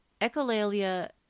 Echolalia